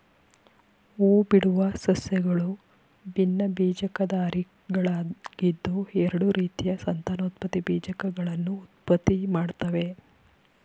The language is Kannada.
ಹೂಬಿಡುವ ಸಸ್ಯಗಳು ಭಿನ್ನಬೀಜಕಧಾರಿಗಳಾಗಿದ್ದು ಎರಡು ರೀತಿಯ ಸಂತಾನೋತ್ಪತ್ತಿ ಬೀಜಕಗಳನ್ನು ಉತ್ಪತ್ತಿಮಾಡ್ತವೆ